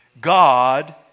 God